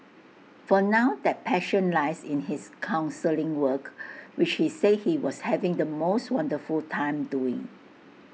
for now that passion lies in his counselling work which he said he was having the most wonderful time doing